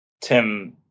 tim